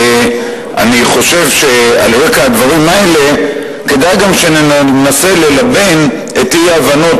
ואני חושב שעל רקע הדברים האלה כדאי שננסה ללבן את האי-הבנות